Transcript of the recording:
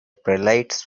prelates